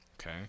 okay